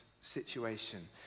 situation